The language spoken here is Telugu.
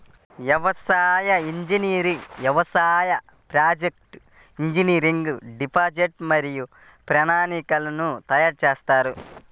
వ్యవసాయ ఇంజనీర్లు వ్యవసాయ ప్రాజెక్ట్లో ఇంజనీరింగ్ డిజైన్లు మరియు ప్రణాళికలను తయారు చేస్తారు